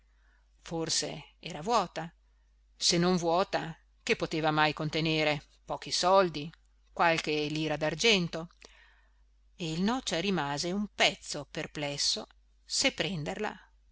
forse era vuota se non vuota che poteva mai contenere pochi soldi qualche lira d'argento e il noccia rimase un pezzo perplesso se prenderla